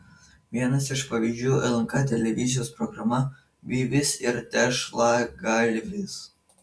vienas iš pavyzdžių lnk televizijos programa byvis ir tešlagalvis